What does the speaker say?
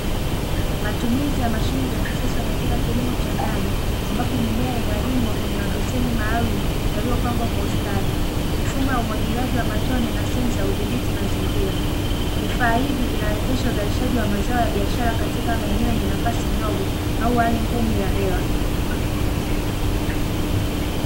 Matumizi ya mashine za kisasa katika kilimo cha ndani, ambapo mimea inalimwa kwenye mabeseni maalumu yaliopangwa kwa ustadi, mifumo ya umwagiliaji wa matone na sensa hudhibiti mazingira. Vifaa hivi vinawezesha uzalishaji wa mazao ya biashara katika maeneo yenye nafasi ndogo au hali ngumu ya hewa.